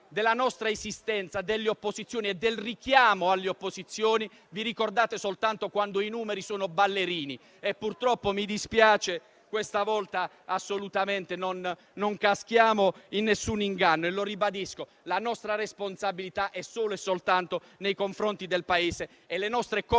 Della nostra esistenza, delle opposizioni e del richiamo alle opposizioni vi ricordate soltanto quando i numeri sono ballerini. Mi dispiace, ma questa volta non caschiamo in alcun inganno. Lo ribadisco: la nostra responsabilità è solo e soltanto nei confronti del Paese e non cambiamo